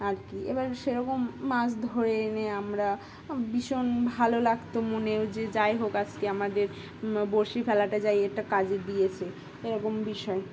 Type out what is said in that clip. আর কি এবার সেরকম মাছ ধরে এনে আমরা ভীষণ ভালো লাগতো মনেও যে যাই হোক আজকে আমাদের বঁড়শি ফেলাটা যাই একটা কাজে দিয়েছে এরকম বিষয়